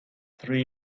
three